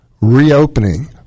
reopening